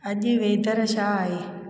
अॼु वेदर छा आहे